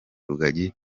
rugagi